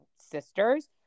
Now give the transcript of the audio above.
sisters